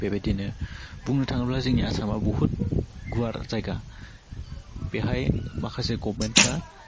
बेबायदिनो बुंनो थाङोब्ला जोंनि आसामा बहुद गुवार जायगा बेहाय माखासे गभमेन्टफ्रा